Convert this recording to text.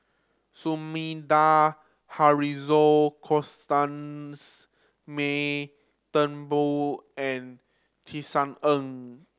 Sumida Haruzo Constance May Turnbull and Tisa Ng